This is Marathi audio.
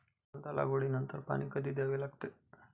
कांदा लागवडी नंतर पाणी कधी द्यावे लागते?